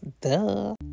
Duh